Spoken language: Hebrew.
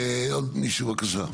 עוד מישהו בבקשה.